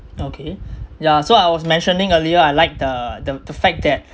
okay yeah so I was mentioning earlier I like the the the fact that